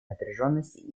напряженности